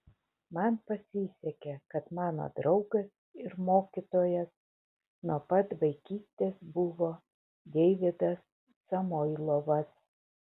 man pasisekė kad mano draugas ir mokytojas nuo pat vaikystės buvo deividas samoilovas